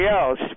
else